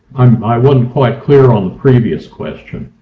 i'm, i wasn't quite clear on the previous question.